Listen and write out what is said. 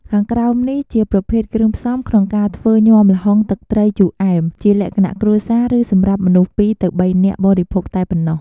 ខាងក្រោមនេះជាប្រភេទគ្រឿងផ្សំក្នុងការធ្វើញាំល្ហុងទឹកត្រីជូរអែម ជាលក្ខណៈគ្រួសារ ឬសម្រាប់មនុស្ស ពីរ ទៅបីនាក់បរិភោគតែប៉ុណ្ណោះ។